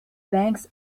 banks